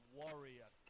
warrior